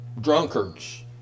drunkards